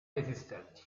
esistenti